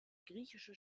griechische